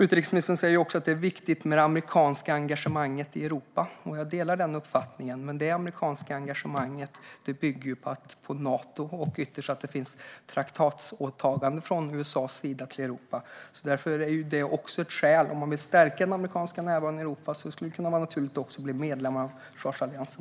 Utrikesministern säger också att det är viktigt med det amerikanska engagemanget i Europa, och jag delar denna uppfattning. Men detta amerikanska engagemang bygger på Nato och ytterst att det finns traktatsåtaganden från USA gentemot Europa. Vill Sverige stärka den amerikanska närvaron i Europa vore det naturligt att bli medlem i försvarsalliansen.